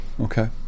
Okay